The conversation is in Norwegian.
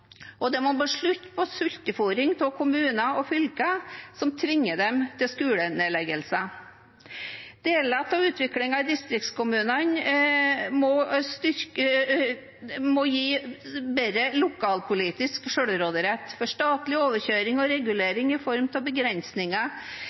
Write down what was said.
Det må bli slutt på sultefôring av kommuner og fylker som tvinger dem til skolenedleggelser. Deler av utviklingen i distriktskommunene må gi bedre lokalpolitisk selvråderett, for statlig overkjøring og